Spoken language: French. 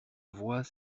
voix